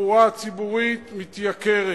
התחבורה הציבורית מתייקרת.